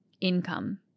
income